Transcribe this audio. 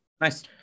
Nice